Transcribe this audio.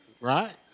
right